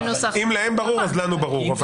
אם להם ברור, אז לנו ברור.